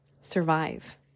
Survive